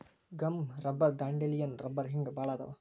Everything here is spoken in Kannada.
ಗಮ್ ರಬ್ಬರ್ ದಾಂಡೇಲಿಯನ್ ರಬ್ಬರ ಹಿಂಗ ಬಾಳ ಅದಾವ